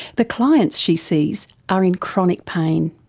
the clients she sees are in chronic pain.